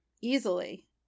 easily